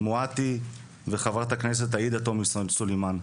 חיה מואטי ואת חברת הכנסת עאידה תומא סלימאן.